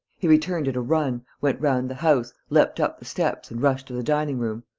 he returned at a run, went round the house, leapt up the steps and rushed to the dining-room